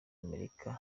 amerika